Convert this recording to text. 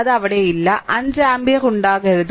അത് അവിടെയില്ല 5 ആമ്പിയർ ഉണ്ടാകരുത്